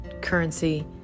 currency